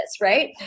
right